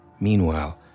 Meanwhile